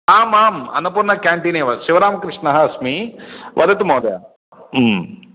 आम् आम् अन्नपूर्णा केण्टिन् एव शिवरामकृष्णः अस्मि वदतु महोदय